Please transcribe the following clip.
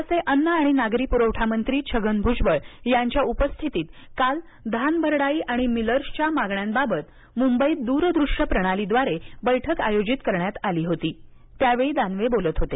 राज्याचे अन्न आणि नागरी पुरवठा मंत्री छगन भुजबळ यांच्या उपस्थितीत काल धानभरडाई आणि मिलर्सच्या मागण्यांबाबत मुंबईत दुरदृष्य प्रणालीद्वारे बैठक आयोजित करण्यात आली होती त्यावेळी दानवे बोलत होते